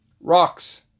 rocks